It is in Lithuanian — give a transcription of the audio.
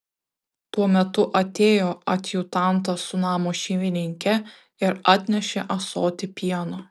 tuo metu atėjo adjutantas su namo šeimininke ir atnešė ąsotį pieno